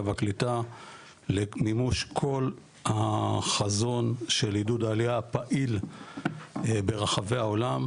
והקליטה למימוש כל החזון של עידוד העלייה הפעיל ברחבי העולם,